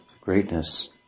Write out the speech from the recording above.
greatness